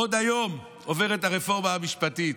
עוד היום עוברת הרפורמה המשפטית.